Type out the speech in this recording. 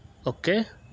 okay